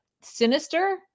sinister